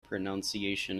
pronunciation